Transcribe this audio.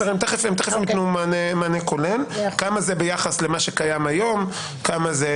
הם תכף יתנו לנו מענה כולל כמה זה ביחס למה שקיים היום וכולי.